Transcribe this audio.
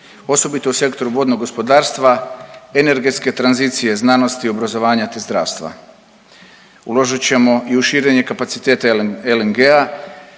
osobito u sektoru vodnog gospodarstva, energetske tranzicije, znanosti i obrazovanja, te zdravstva, uložit ćemo i u širenje kapaciteta LNG-a,